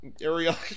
area